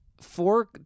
four